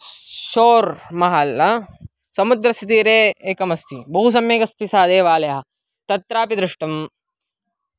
shore महल्ला समुद्रस्य तीरे एकमस्ति बहु सम्यगस्ति सः देवालयः तत्रापि दृष्टम्